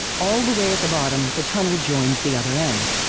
all the way at the bottom the tunnel joins the other end.